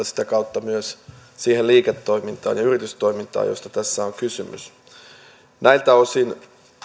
sitä kautta myös siihen liiketoimintaan ja yritystoimintaan josta tässä on kysymys näiltä osin